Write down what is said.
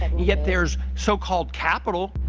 yet there is so called capital.